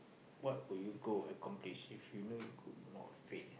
what would you go accomplish if you know you could not fail